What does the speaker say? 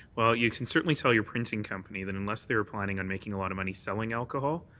well, you can certainly tell your printing company that unless they're planning on making a lot of money selling alcohol,